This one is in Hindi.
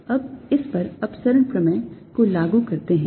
अब इस पर अपसरण प्रमेय को लागू करते हैं